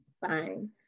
fine